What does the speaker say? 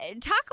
Talk